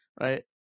Right